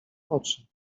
oczy